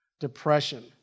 Depression